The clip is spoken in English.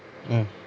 mm